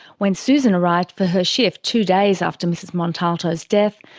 when susan arrived for her shift two days after mrs montalto's death,